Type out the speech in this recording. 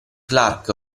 clark